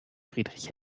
friedrich